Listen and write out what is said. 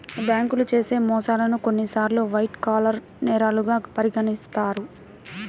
బ్యేంకులు చేసే మోసాల్ని కొన్నిసార్లు వైట్ కాలర్ నేరాలుగా పరిగణిత్తారు